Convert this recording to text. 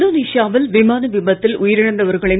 இந்தோனேஷியாவில் விமான விபத்தில் உயிரிழந்தவர்களின்